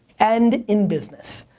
and in business.